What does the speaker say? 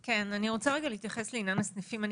אני רוצה להתייחס לעניין הסניפים.